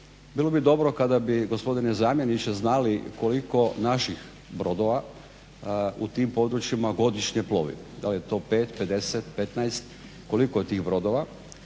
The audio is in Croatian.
Bilo bi dobro kada bi gospodine zamjeniče znali koliko naših brodova u tim područjima godišnje plovi. Da li je to 5, 50, 15 koliko je tih brodova?